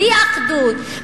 בלי אחדות,